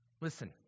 Listen